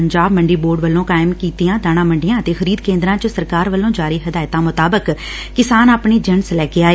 Punjab Mandi board ਵੱਲੋਂ ਕਾਇਮ ਕੀਤੀਆਂ ਦਾਣਾ ਮੰਡੀਆਂ ਅਤੇ ਖਰੀਦ ਕੇਦਰਾ ਵਿਚ ਸਰਕਾਰ ਵੱਲੋ ਜਾਰੀ ਹਦਾਇਤਾ ਮੁਤਾਬਿਕ ਕਿਸਾਨ ਆਪਣੀ ਜਿਣਸ ਲੈ ਕੇ ਆਏ